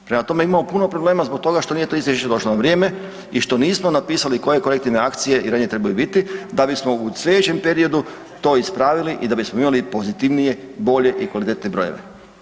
Prema tome, imamo puno problema zbog toga što nije to izvješće došlo na vrijeme i što nismo napisali koje korektivne akcije i radnje trebaju biti da bismo u slijedećem periodu to ispravili i da bismo imali pozitivnije, bolje i kvalitetnije brojeve.